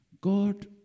God